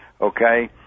okay